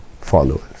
followers